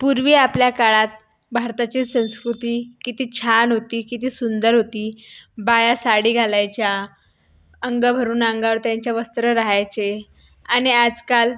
पूर्वी आपल्या काळात भारताची संस्कृती किती छान होती किती सुंदर होती बाया साडी घालायच्या अंगभरून अंगावर त्यांच्या वस्त्र रहायचे आणि आजकाल